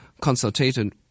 Consultation